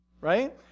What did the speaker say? right